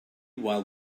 while